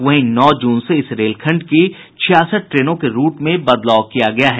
वहीं नौ जून से इस रेलखंड की छियासठ ट्रेनों के रूट में बदलाव किया गया है